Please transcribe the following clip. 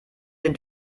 den